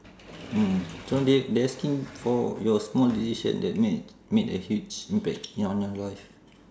mm so they they asking for your small decision that made made a huge impact in on your life